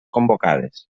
convocades